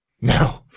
No